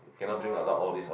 !wow!